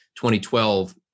2012